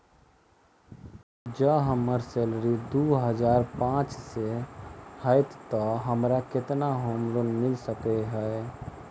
जँ हम्मर सैलरी दु हजार पांच सै हएत तऽ हमरा केतना होम लोन मिल सकै है?